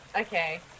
Okay